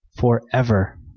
forever